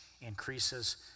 increases